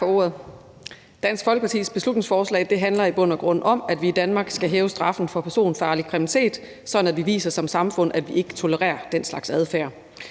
Dansk Folkepartis beslutningsforslag handler i bund og grund om, at vi i Danmark skal hæve straffen for personfarlig kriminalitet, sådan at vi som samfund viser, at vi ikke tolererer den slags adfærd.